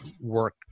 work